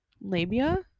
Labia